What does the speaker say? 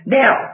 now